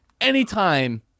anytime